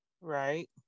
Right